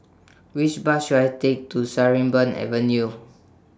Which Bus should I Take to Sarimbun Avenue